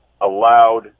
allowed